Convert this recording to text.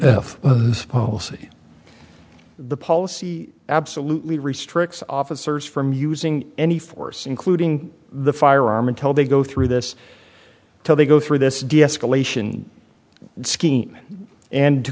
but the policy the policy absolutely restricts officers from using any force including the firearm until they go through this till they go through this deescalation scheme and to